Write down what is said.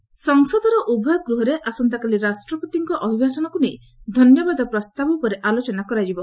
parliament ସଂସଦର ଉଭୟ ଗୃହରେ ଆସନ୍ତାକାଲି ରାଷ୍ଟ୍ରପତିଙ୍କ ଅଭିଭାଷଣକ୍ ନେଇ ଧନ୍ୟବାଦ ପ୍ରସ୍ତାବ ଉପରେ ଆଲୋଚନା କରାଯିବ